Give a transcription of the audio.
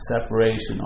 Separation